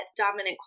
dominant